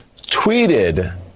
tweeted